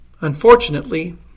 Unfortunately